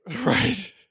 Right